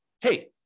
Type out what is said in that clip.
hey